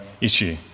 issue